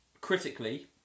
Critically